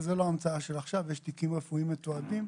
יש תיקים רפואיים מתועדים,